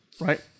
Right